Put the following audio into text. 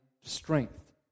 strength